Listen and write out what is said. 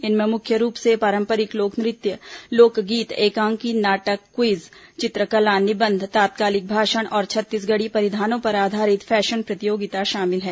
इनमें मुख्य रूप से पारंपरिक लोक नृत्य लोकगीत एकांकी नाटक क्विज चित्रकला निबंध तत्कालिक भाषण और छत्तीसगढ़ी परिधानों पर आधारित फैशन प्रतियोगिता शामिल हैं